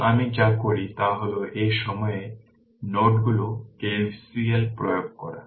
এখন আমি যা করি তা হল এই সময়ে নোডগুলিতে KCL প্রয়োগ করা